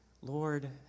Lord